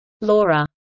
Laura